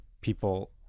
people